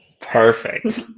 Perfect